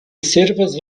servas